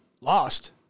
lost